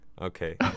Okay